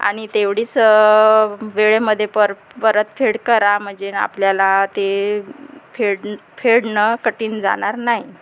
आणि तेवढ्याच वेळेमध्ये पर परतफेड करा म्हणजे आपल्याला ते फेड फेडणं कठीण जाणार नाही